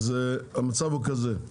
המצב הוא כזה,